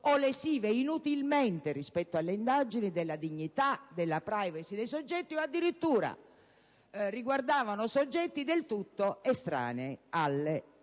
lesive, rispetto alle indagini, della dignità, della *privacy* dei soggetti o addirittura riguardanti soggetti del tutto estranei alle indagini.